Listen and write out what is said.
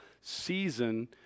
season